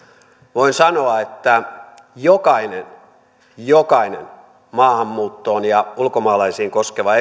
voin sanoa että jokainen jokainen maahanmuuttoa ja ulkomaalaisia koskeva